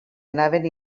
anaven